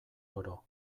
oro